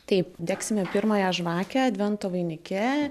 taip degsime pirmąją žvakę advento vainike